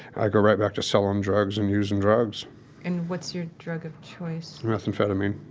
i go right back to selling drugs and using drugs and what's your drug of choice? methamphetamine